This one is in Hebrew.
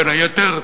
בין היתר,